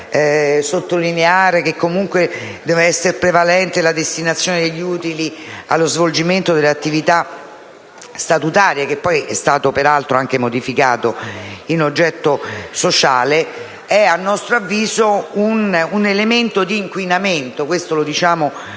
sottolineare che deve essere prevalente la destinazione degli utili allo svolgimento dell'attività statutaria (che poi è stata peraltro modificata in "oggetto sociale"), è a nostro avviso un elemento di inquinamento. Lo diciamo con